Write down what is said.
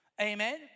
Amen